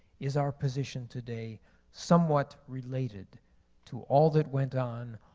is our position today somewhat related to all that went on,